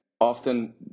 often